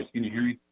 can you hear me?